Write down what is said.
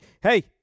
hey